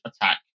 attack